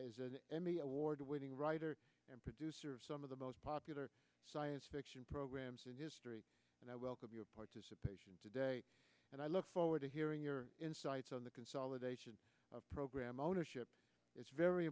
n and emmy award winning writer and producer of some of the most popular science fiction programs in history and i welcome your participation today and i look forward to hearing your insights on the consolidation of program ownership it's very